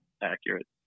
accurate